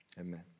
amen